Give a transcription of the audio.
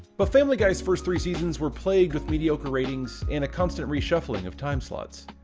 but family guy's first three seasons were plagued with mediocre ratings, in a constant reshuffling of time slots,